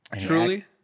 Truly